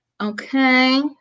Okay